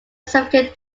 significant